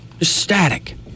static